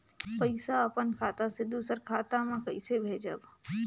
पइसा अपन खाता से दूसर कर खाता म कइसे भेजब?